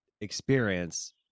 experience